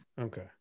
Okay